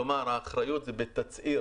כלומר האחריות היא בתצהיר